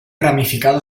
ramificado